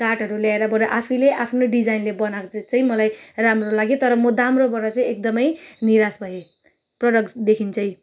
काठहरू ल्याएर आफैले आफ्नो डिजाइनले बनाको चाहिँ मलाई राम्रो लाग्यो तर मो दाम्रोबाट चाहिँ एकदमै निराश भए प्रडक्ट्सदेखि चाहिँ